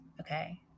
Okay